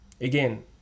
again